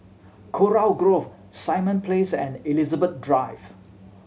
Kurau Grove Simon Place and Elizabeth Drive